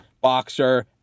boxer